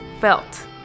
felt